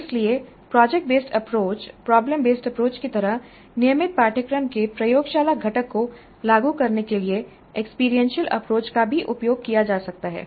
इसलिए project based approach problem based approach की तरह नियमित पाठ्यक्रम के प्रयोगशाला घटक को लागू करने के लिए एक्सपीरियंशियल अप्रोच का भी उपयोग किया जा सकता है